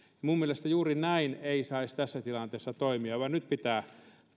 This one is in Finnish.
minun mielestäni juuri näin ei saisi tässä tilanteessa toimia vaan nyt pitää